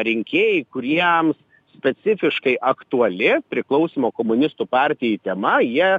rinkėjai kuriems specifiškai aktuali priklausymo komunistų partijai tema jie